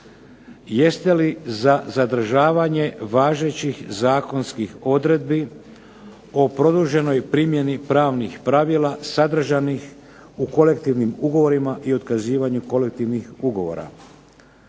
"Jeste li za zadržavanje važećih zakonskih odredbi o produženoj primjeni pravnih pravila sadržanih u kolektivnim ugovorima i otkazivanju kolektivnih ugovora?"